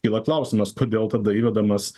kyla klausimas kodėl tada įvedamas